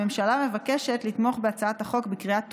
הממשלה מבקשת לתמוך בהצעת החוק בקריאה הטרומית.